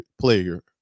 player